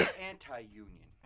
anti-union